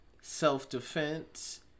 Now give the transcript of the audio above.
self-defense